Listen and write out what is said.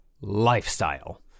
lifestyle